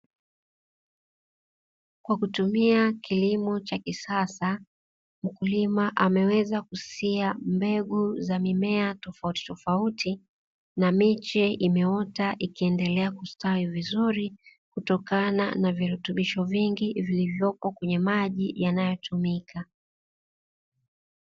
Kwa kutumia kilimo cha kisasa, mkulima ameweza kusia mbegu za mimea tofauti tofauti. Na miche imeota ikiendelea kustawi vizuri kutokana na virutubisho vingi vilivyopo kwenye maji yanayotumika.